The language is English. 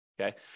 Okay